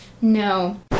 No